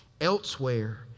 Elsewhere